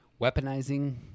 weaponizing